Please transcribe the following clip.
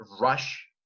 rush